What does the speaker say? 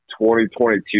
2022